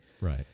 right